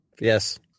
Yes